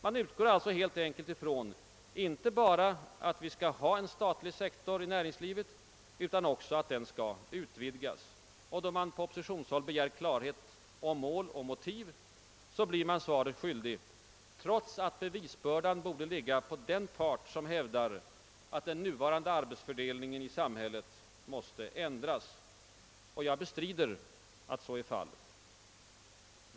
Man utgår från inte bara att vi skall ha en statlig sektor i näringslivet utan också att den skall utvidgas och då oppositionens representanter begär klarhet om mål och motiv blir man svaret skyldig, trots att bevisbördan bör ligga på den part som hävdar att den nuvarande arbetsfördelningen i samhället måste ändras. Jag bestrider att så är fallet.